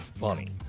Bunny